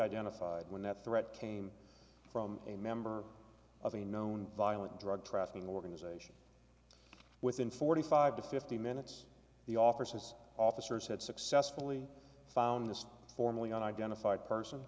identified when that threat came from a member of a known violent drug trafficking organization within forty five to fifty minutes the author says officers had successfully found the formally identified person